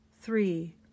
Three